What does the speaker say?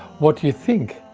what you think,